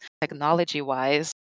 technology-wise